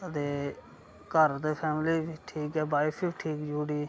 साढ़े घर दे फैमली दे बी ठीक ऐ वाइफ बी ठीक जुड़ी दी